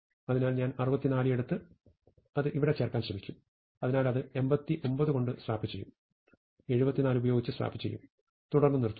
അതിനാൽ ഞാൻ 64 എടുത്ത് അത് ഇവിടെ ചേർക്കാൻ ശ്രമിക്കും അതിനാൽ അത് 89 കൊണ്ട് സ്വാപ്പ് ചെയ്യും 74 ഉപയോഗിച്ച് സ്വാപ്പ് ചെയ്യും തുടർന്ന് നിർത്തുന്നു